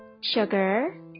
sugar